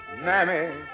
mammy